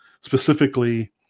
specifically